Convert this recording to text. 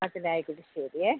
ശരിയേ